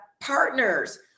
partners